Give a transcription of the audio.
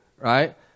Right